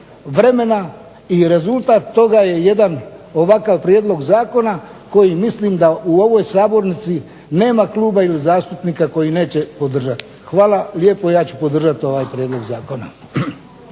vremena i rezultat toga je jedan ovakav prijedlog zakona koji mislim da u ovoj sabornici nema kluba ni zastupnika koji neće podržati. Hvala lijepo ja ću podržati ovaj prijedlog zakona.